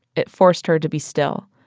it forced her to be still.